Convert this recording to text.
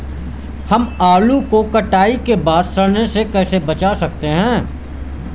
हम आलू को कटाई के बाद सड़ने से कैसे बचा सकते हैं?